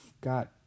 got